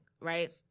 right